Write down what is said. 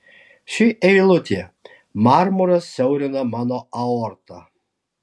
ši eilutė marmuras siaurina mano aortą